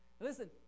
Listen